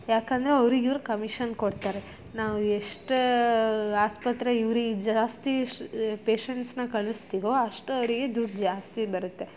ಯಾಕಂದರೆ ಅವ್ರಿಗಿವ್ರು ಕಮಿಷನ್ ಕೊಡ್ತಾರೆ ನಾವು ಎಷ್ಟು ಆಸ್ಪತ್ರೆಗೆ ಇವ್ರಿಗೆ ಜಾಸ್ತಿ ಪೇಷನ್ಟ್ಸ್ನ ಕಳಿಸ್ತೀವೋ ಅಷ್ಟು ಅವರಿಗೆ ದುಡ್ಡು ಜಾಸ್ತಿ ಬರುತ್ತೆ